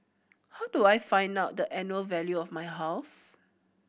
how do I find out the annual value of my house